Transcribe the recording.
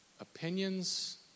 opinions